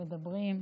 מדברים,